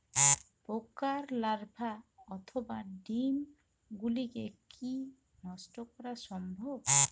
পোকার লার্ভা অথবা ডিম গুলিকে কী নষ্ট করা সম্ভব?